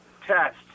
test